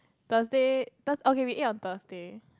Thursday Thurs~ okay we ate on Thursday